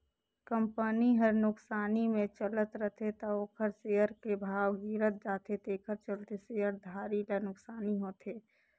company हर नुकसानी मे चलत रथे त ओखर सेयर के भाव गिरत जाथे तेखर चलते शेयर धारी ल नुकसानी होथे